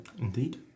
indeed